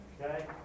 Okay